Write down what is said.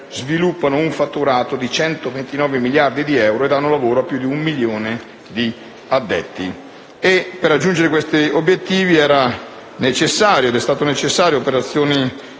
sviluppano un fatturato di 129 miliardi di euro e danno lavoro a più di un milione di addetti. Per raggiungere questi obiettivi è stato necessario effettuare operazioni